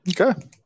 Okay